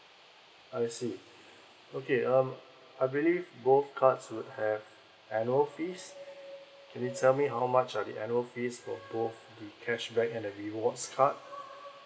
I see okay um I believe both cards would have annual fees can you tell me how much are the annual fee for both the cashback and the rewards card